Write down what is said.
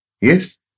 Yes